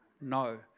no